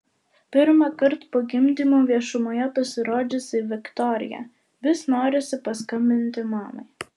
pirmąkart po gimdymo viešumoje pasirodžiusi viktorija vis norisi paskambinti mamai